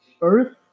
Earth